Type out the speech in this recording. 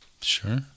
Sure